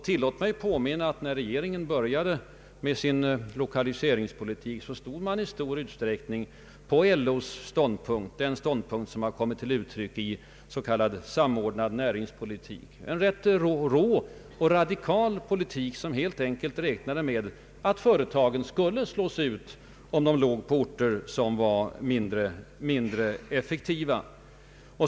Tillåt mig påminna om att när regeringen började driva sin lokaliseringspolitik stod den i stor utsträckning på LO:s ståndpunkt, den ståndpunkt som har kommit till uttryck i ”Samordnad näringspolitik”, en rätt rå och radikal politik som helt enkelt gick ut på att företagen skulle slås ut, om de var belägna i sådana orter att företagen var mindre effektiva.